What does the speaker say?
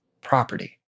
property